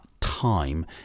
time